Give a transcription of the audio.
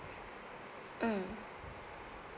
mm